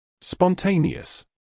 Spontaneous